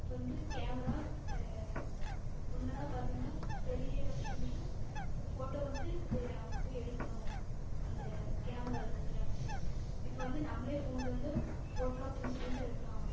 இப்போ வந்து கேமரா முன்னெல்லாம் பார்த்தீங்கன்னா பெரியவங்க தான் ஃபோட்டோ வந்து பெ அங்கே போய் எடுக்கணும் அந்த கேமராவில் இப்போ வந்து நம்மளே ஃபோனில் வந்து ஃபோட்டோலாம் புதுசாக புதுசாக எடுக்கலாம்